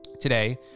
Today